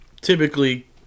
typically